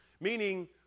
Meaning